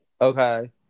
Okay